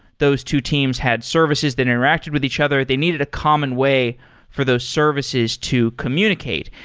those two teams had services that interacted with each other. they needed a common way for those services to communicate,